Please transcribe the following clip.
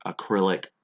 acrylic